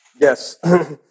Yes